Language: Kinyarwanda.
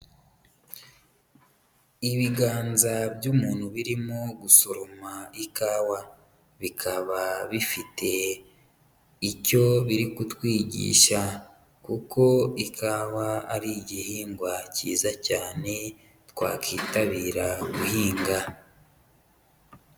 Ibiganza by'umuntu birimo gusoroma ikawa, bikaba bifite icyo biri kutwigisha kuko ikawa ari igihingwa cyiza cyane, twakitabira guhinga.